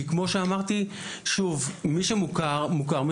כי כמו שאמרתי, שוב, מי שמוכר מוכר.